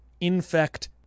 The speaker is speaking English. infect